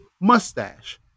Mustache